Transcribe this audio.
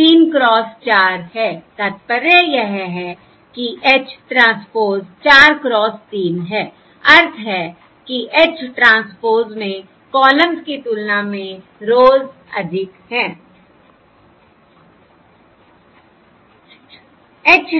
3 cross 4 है तात्पर्य यह है कि H ट्रांसपोज़ 4 क्रॉस 3 है अर्थ है कि H ट्रांसपोज़ में कॉलम्ज की तुलना में रोज़ अधिक हैं